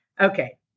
Okay